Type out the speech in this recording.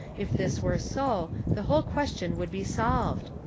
if this were so, the whole question would be solved.